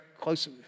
close